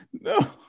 No